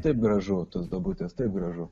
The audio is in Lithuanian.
taip gražu tos duobutės taip gražu